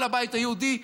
כל הבית היהודי,